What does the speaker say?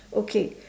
okay